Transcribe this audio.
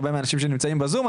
הרבה מהאנשים שנמצאים בזום,